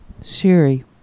Siri